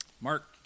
Mark